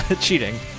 Cheating